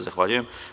Zahvaljujem.